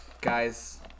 guys